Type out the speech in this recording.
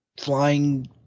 flying